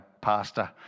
pastor